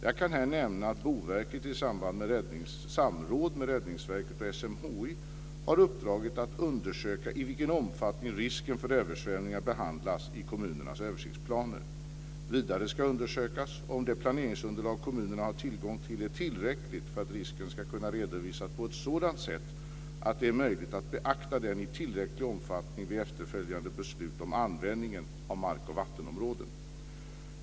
Jag kan här nämna att Boverket i samråd med Räddningsverket och SMHI har uppdragits att undersöka i vilken omfattning risken för översvämningar behandlas i kommunernas översiktsplaner. Vidare ska undersökas om det planeringsunderlag kommunerna har tillgång till är tillräckligt för att risken ska kunna redovisas på ett sådant sätt att det är möjligt att beakta den i tillräcklig omfattning vid efterföljande beslut om användningen av mark och vattenområden.